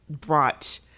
brought